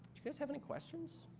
you guys have any questions?